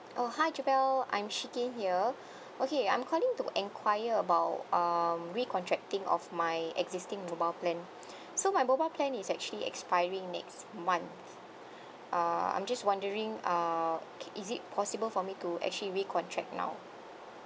oh hi joel I'm shikin here okay I'm calling to enquire about um recontracting of my existing mobile plan so my mobile plan is actually expiring next month uh I'm just wondering uh is it possible for me to actually recontract now